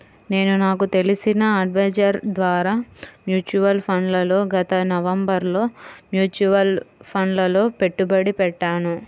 నేను నాకు తెలిసిన అడ్వైజర్ ద్వారా మ్యూచువల్ ఫండ్లలో గత నవంబరులో మ్యూచువల్ ఫండ్లలలో పెట్టుబడి పెట్టాను